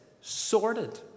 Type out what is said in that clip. Sorted